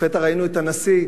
לפתע ראינו את הנשיא,